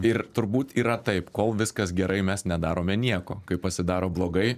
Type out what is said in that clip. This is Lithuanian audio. ir turbūt yra taip kol viskas gerai mes nedarome nieko kai pasidaro blogai